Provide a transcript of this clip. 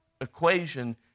equation